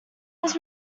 was